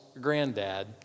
granddad